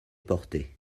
porter